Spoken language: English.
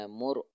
more